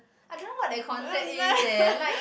I don't know what that concept is eh like